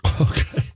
Okay